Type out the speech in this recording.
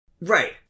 Right